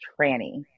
tranny